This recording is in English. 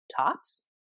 tops